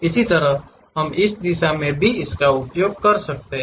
इसी तरह हम इस दिशा में भी उपयोग कर सकते हैं